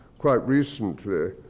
quite recently,